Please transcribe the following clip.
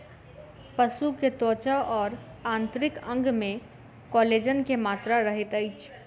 पशु के त्वचा और आंतरिक अंग में कोलेजन के मात्रा रहैत अछि